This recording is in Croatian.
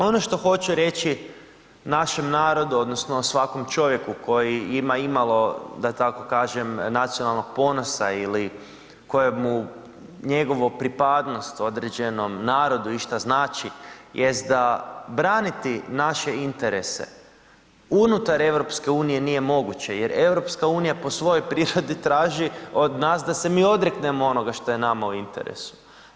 Ono što hoću reći našem narodu odnosno svakom čovjeku koji ima imalo, da tako kažem nacionalnog ponosa ili kojemu njegova pripadnost određenom narodu išta znači jest da braniti naše interese unutar EU nije moguće, jer EU po svojoj prirodi traži od nas da se mi odreknemo onoga što je nama u interesu.